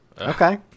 Okay